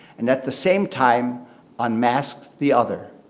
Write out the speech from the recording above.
and at the same time unmask the other!